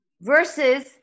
Versus